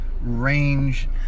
range